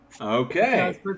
okay